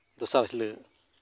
ᱫᱚᱥᱟᱨ ᱦᱤᱞᱳᱜ